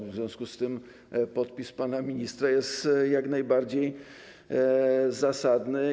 W związku z tym podpis pana ministra jest jak najbardziej zasadny.